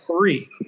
three